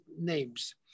names